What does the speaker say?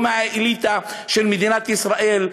לא מהאליטה של מדינת ישראל,